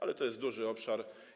Ale to jest duży obszar.